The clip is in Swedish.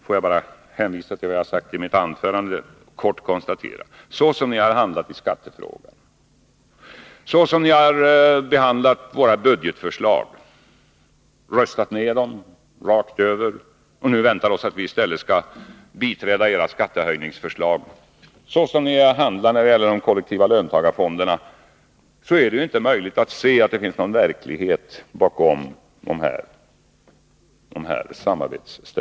Låt mig bara hänvisa till vad jag sade om det i mitt anförande och kort konstatera att så som ni har handlat i skattefrågan, så som ni har behandlat våra budgetförslag — ni har röstat ned dem rakt över och väntar er nu att vi skall biträda era skattehöjningsförslag — och så som ni har handlat när det gäller de kollektiva löntagarfonderna är det inte möjligt att se att det finns någon verklighet bakom detta tal om samarbete.